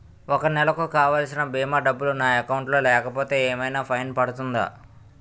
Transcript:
ఒక నెలకు కావాల్సిన భీమా డబ్బులు నా అకౌంట్ లో లేకపోతే ఏమైనా ఫైన్ పడుతుందా?